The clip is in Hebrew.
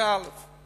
זה, א.